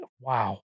Wow